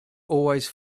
always